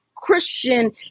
Christian